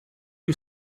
you